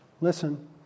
Listen